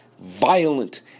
violent